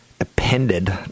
appended